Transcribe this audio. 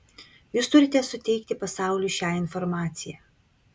jūs turite suteikti pasauliui šią informaciją